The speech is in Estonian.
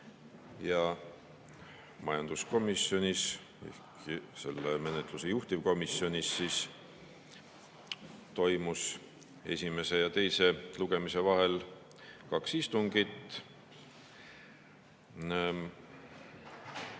Majanduskomisjonis, selle menetluse juhtivkomisjonis toimus esimese ja teise lugemise vahel kaks istungit.